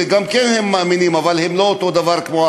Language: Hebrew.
גם כן מאמינים אבל הם לא כמו החרדים,